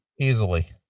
easily